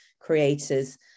creators